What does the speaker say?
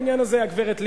בעניין הזה הגברת לבני,